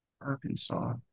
Arkansas